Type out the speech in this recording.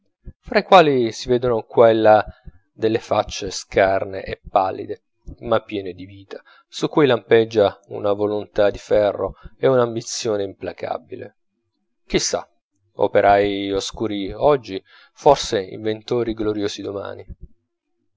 fra i quali si vedono qua e là delle faccie scarne e pallide ma piene di vita su cui lampeggia una volontà di ferro e un'ambizione implacabile chi sa operai oscuri oggi forse inventori gloriosi domani